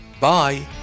bye